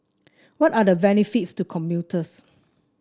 what are the benefits to commuters